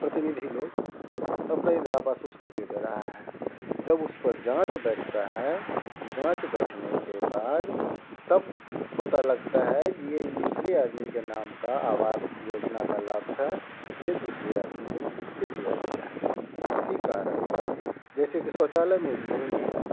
प्रतिनिधि लोग तब पर भी इंद्रा आवास उसको दे दे रहा है जब उस पर जाँच बैठता है जाँच बैठने के बाद तब पता लगता है जे दूसरे आदमी के नाम का आवास योजना का लाभ था ये दूसरे आदमी को दे दिया गया है इसी कारण वश जैसे की शौचालय में भी वही है